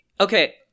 okay